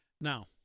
Now